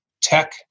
tech